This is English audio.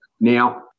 Now